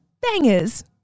bangers